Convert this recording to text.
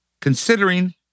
Considering